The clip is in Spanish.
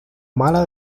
mala